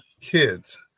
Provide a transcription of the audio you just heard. kids